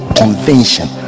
convention